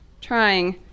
trying